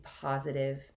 positive